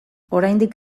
oraindik